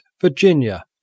Virginia